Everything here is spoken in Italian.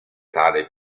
tale